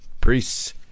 priests